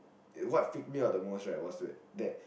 what freaked me out the most right was that that